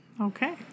Okay